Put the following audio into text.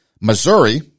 Missouri